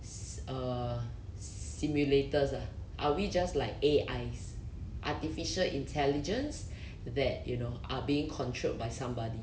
si~ err simulators ah are we just like a A_Is artificial intelligence that you know are being controlled by somebody